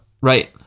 Right